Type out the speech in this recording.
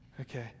okay